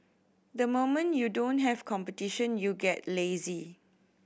the moment you don't have competition you get lazy